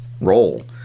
role